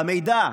במידע,